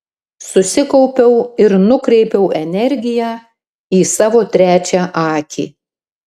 susikaupiau ir nukreipiau energiją į savo trečią akį